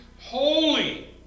holy